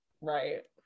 Right